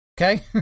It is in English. Okay